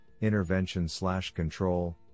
intervention-slash-control